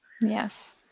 Yes